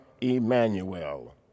Emmanuel